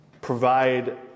provide